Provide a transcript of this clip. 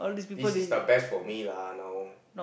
this is the best for me lah now